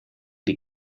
die